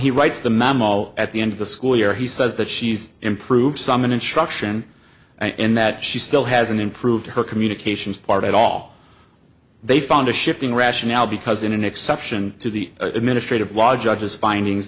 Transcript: he writes the memo at the end of the school year he says that she's improved some instruction and that she still hasn't improved her communications part at all they found a shifting rationale because in an exception to the administrative law judges findings